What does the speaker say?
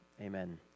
amen